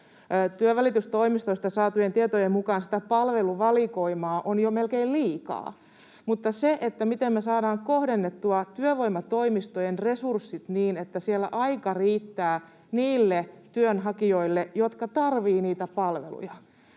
Työnvälitystoimistoista saatujen tietojen mukaan sitä palveluvalikoimaa on jo melkein liikaa. Miten me saadaan kohdennettua työvoimatoimistojen resurssit niin, että siellä aika riittää niille työnhakijoille, jotka tarvitsevat niitä palveluja,